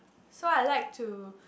so I like to